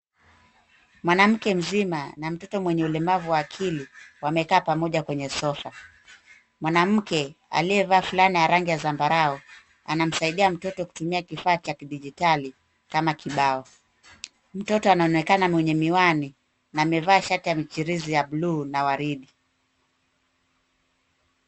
Mwanamke mzima na mtoto mwenye ulemavu wa akili wamekaa pamoja kwenye sofa. Mwanamke aliyevaa fulana ya rangi ya zambarau anamsaidia mtoto kutumia kifaa cha kidigitali kama kibao. Mtoto anaonekana mwenye miwana na amevaa shati ya michirizi ya bluu na waridi.